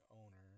owner